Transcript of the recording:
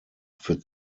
für